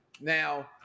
Now